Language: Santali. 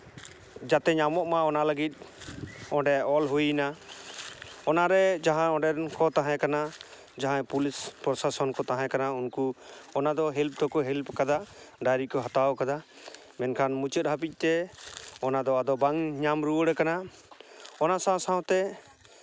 ᱡᱟᱛᱮ ᱧᱟᱢᱚᱜ ᱢᱟ ᱚᱱᱟ ᱞᱟᱹᱜᱤᱫ ᱚᱸᱰᱮ ᱚᱞ ᱦᱩᱭᱱᱟ ᱚᱱᱟᱨᱮ ᱡᱟᱦᱟᱸ ᱚᱸᱰᱮᱱ ᱠᱚ ᱛᱟᱦᱮᱸ ᱠᱟᱱᱟ ᱡᱟᱦᱟᱸᱭ ᱯᱩᱞᱤᱥ ᱯᱨᱚᱥᱟᱥᱚᱱ ᱠᱚ ᱛᱟᱦᱮᱸ ᱠᱟᱱᱟ ᱩᱱᱠᱩ ᱚᱱᱟ ᱫᱚ ᱦᱮᱞᱯ ᱫᱚᱠᱚ ᱦᱮᱞᱯ ᱠᱟᱫᱟ ᱰᱟᱭᱨᱤ ᱠᱚ ᱦᱟᱛᱟᱣ ᱠᱟᱫᱟ ᱢᱮᱱᱠᱷᱟᱱ ᱢᱩᱪᱟᱹᱫ ᱦᱟᱹᱵᱤᱡ ᱛᱮ ᱚᱱᱟ ᱫᱚ ᱟᱫᱚ ᱵᱟᱝ ᱧᱟᱢ ᱨᱩᱣᱟᱹᱲ ᱠᱟᱱᱟ ᱚᱱᱟ ᱥᱟᱶ ᱥᱟᱶᱛᱮ